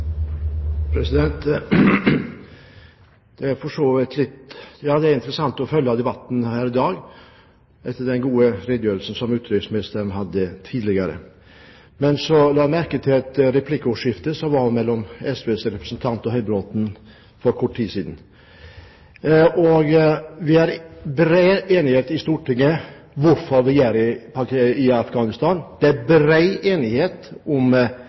Det blir replikkordskifte. Det er interessant å følge debatten her i dag, etter den gode redegjørelsen som utenriksministeren hadde tidligere. Jeg merket meg replikkordskiftet som var mellom SVs representant og Høybråten for kort tid siden. Det er bred enighet i Stortinget om hvorfor vi skal være i Afghanistan, det er bred enighet om